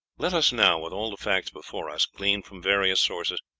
let us now, with all the facts before us, gleaned from various sources,